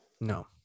No